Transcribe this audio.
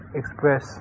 express